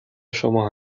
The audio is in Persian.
شما